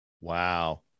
wow